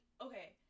okay